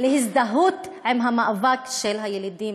להזדהות עם המאבק של הילידים.